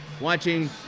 watching